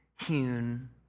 hewn